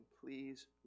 please